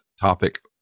topic